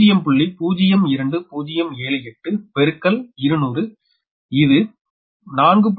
02078 பெருக்கல் 200 இது 4